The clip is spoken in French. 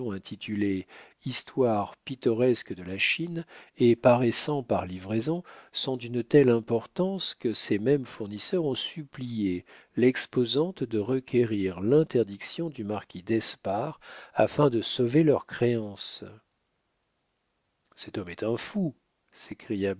intitulée histoire pittoresque de la chine et paraissant par livraisons sont d'une telle importance que ces mêmes fournisseurs ont supplié l'exposante de requérir l'interdiction du marquis d'espard afin de sauver leurs créances cet homme est un fou